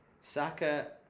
Saka